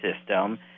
system